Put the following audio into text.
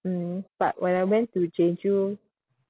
mm but when I went to jeju